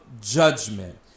judgment